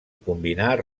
combinar